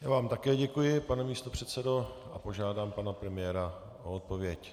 Já vám také děkuji, pane místopředsedo, a požádám pana premiéra o odpověď.